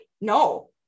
No